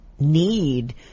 need